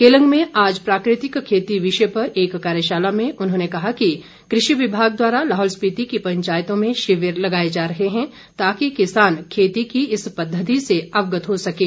केलंग में आज प्राकृतिक खेती विषय पर एक कार्यशाला में उन्होंने कहा कि कृषि विभाग द्वारा लाहौल स्पीति की पंचायतों में शिविर लगाए जा रहे हैं ताकि किसान खेती की इस पद्धति से अवगत हो सकें